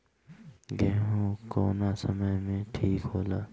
गेहू कौना समय मे ठिक होला?